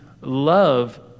love